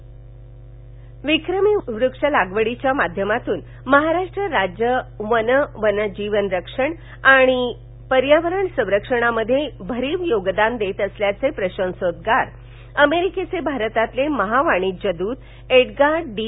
विक्रमी वृक्ष लागवड विक्रमी वृक्ष लागवडीच्या माध्यमातून महाराष्ट्र राज्य वन वन्यजीव रक्षण आणि पर्यावरण संरक्षणामध्ये भरीव योगदान देत असल्याचे प्रशंसोद्गार अमेरिकेचे भारतातील महावाणिज्यद्रत एडगार्ड डी